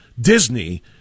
Disney